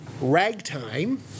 ragtime